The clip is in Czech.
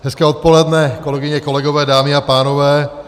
Hezké odpoledne, kolegyně, kolegové, dámy a pánové.